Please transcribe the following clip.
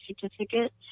certificate